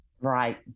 Right